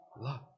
love